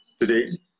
Today